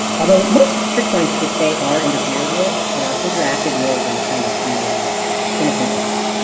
although most trig points, if they are interfered with, are interacted with and kind of more innocent ways.